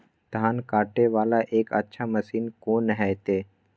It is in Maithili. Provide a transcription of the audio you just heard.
धान कटे वाला एक अच्छा मशीन कोन है ते?